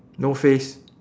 no face